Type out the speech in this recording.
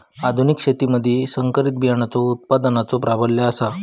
आधुनिक शेतीमधि संकरित बियाणांचो उत्पादनाचो प्राबल्य आसा